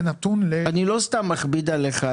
זה נתון ל --- אני לא סתם מכביד עליך,